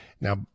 Now